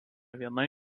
viena